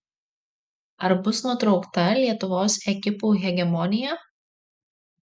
ar bus nutraukta lietuvos ekipų hegemonija